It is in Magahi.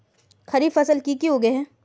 खरीफ फसल की की उगैहे?